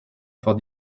for